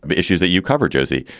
but issues that you cover, jose.